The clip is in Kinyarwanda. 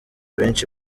benshi